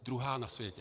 Druhá na světě!